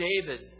David